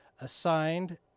assigned